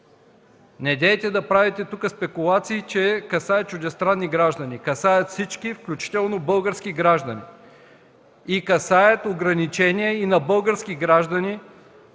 Недейте да правите тук спекулации, че това касае чуждестранните граждани. Касаят всички, включително български, граждани и касаят ограничения и на български граждани,